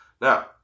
Now